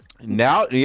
Now